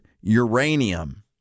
uranium